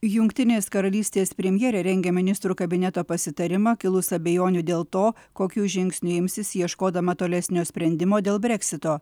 jungtinės karalystės premjerė rengia ministrų kabineto pasitarimą kilus abejonių dėl to kokių žingsnių imsis ieškodama tolesnio sprendimo dėl breksito